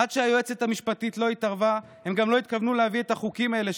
עד שהיועצת המשפטית לא התערבה הם גם לא התכוונו להביא את החוקים האלה,